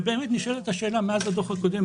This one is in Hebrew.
באמת נשאלת השאלה מאז הדוח הקודם,